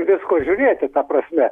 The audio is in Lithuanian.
visko žiūrėti ta prasme